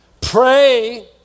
Pray